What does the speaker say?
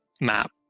map